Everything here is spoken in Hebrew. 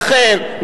לכן,